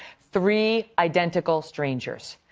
three identical strangers.